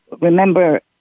remember